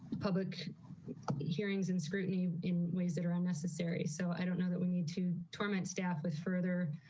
public hearings and scrutiny in ways that are unnecessary. so i don't know that we need to torment staff with further